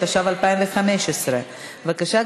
התשע"ו 2015. בבקשה,